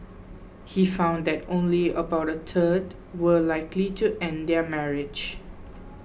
he found that only about a third were likely to end their marriage